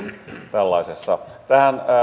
tällaisessa tähän